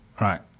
right